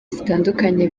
zitandukanye